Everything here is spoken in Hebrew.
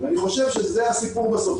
אני חושב שזה הסיפור בסוף,